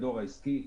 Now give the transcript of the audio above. הדואר העסקי.